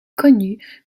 connu